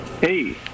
Hey